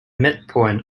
midpoint